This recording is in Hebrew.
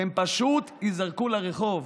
והם פשוט ייזרקו לרחוב,